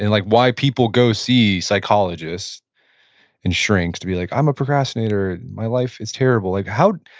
and like, why people go see psychologists and shrinks to be like i'm a procrastinator. my life is terrible. like, how,